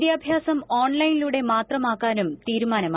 വിദ്യാഭ്യാസം ഓൺലൈനിലൂടെ മാത്രമാക്കാനും തീരുമാനമായി